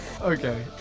Okay